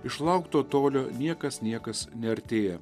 išlaukto tolio niekas niekas neartėja